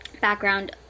background